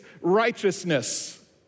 righteousness